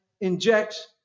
injects